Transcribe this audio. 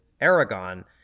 Aragon